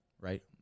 right